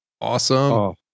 Awesome